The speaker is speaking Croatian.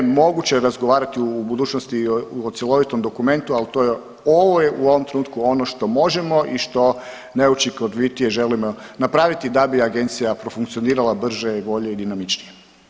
Moguće je razgovarati u budućnosti o cjelovitom dokumentu, al to je, ovo je u ovom trenutku ono što možemo i što najučinkovitije želimo napraviti da bi agencija profunkcionirala brže i bolje i dinamičnije.